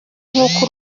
nk’uko